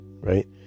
right